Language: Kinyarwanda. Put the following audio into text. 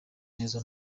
neza